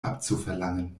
abzuverlangen